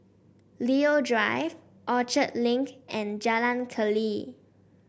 Leo Drive Orchard Link and Jalan Keli